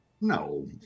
No